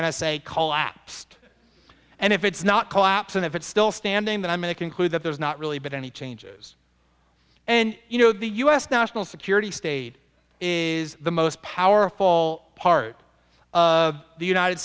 a call apps and if it's not collapse and if it's still standing that i may conclude that there's not really been any changes and you know the u s national security state is the most powerful part of the united